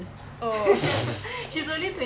oh